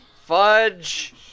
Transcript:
Fudge